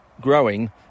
growing